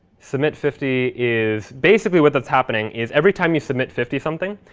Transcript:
submit fifty is, basically what that's happening is, every time you submit fifty something,